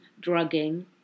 drugging